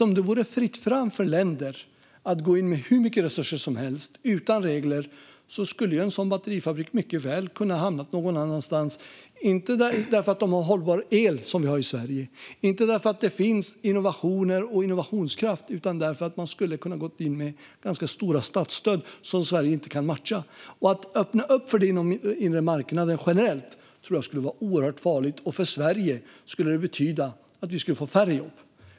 Om det vore fritt fram för länder att gå in med hur mycket resurser som helst och utan regler skulle en sådan batterifabrik mycket väl ha kunnat hamna någon annanstans - inte för att de har hållbar el, som vi har i Sverige, och inte därför att det finns innovationer och innovationskraft utan därför att de skulle ha kunnat gå in med ganska stora statsstöd som Sverige inte kan matcha. Att öppna upp för det på den inre marknaden generellt tror jag skulle vara oerhört farligt, och för Sverige skulle det betyda att vi skulle få färre jobb.